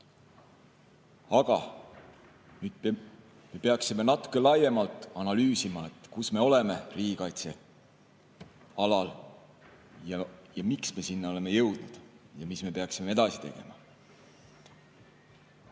Aga me peaksime natuke laiemalt analüüsima, kus me oleme riigikaitse alal, miks me sinna oleme jõudnud ja mis me peaksime edasi tegema.